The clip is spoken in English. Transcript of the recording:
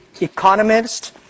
economists